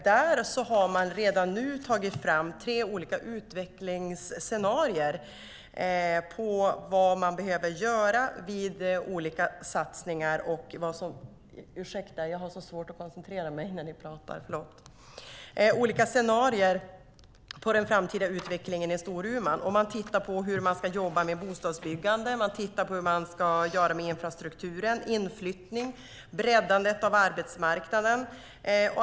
Där har man redan nu tagit fram tre olika utvecklingsscenarier för vad man behöver göra vid olika satsningar - ursäkta mig, jag har så svårt att koncentrera mig när ni pratar - på den framtida utvecklingen i Storuman. Man tittar på hur man ska jobba med bostadsbyggande, hur man ska göra med infrastrukturen, inflyttning och breddandet av arbetsmarknaden.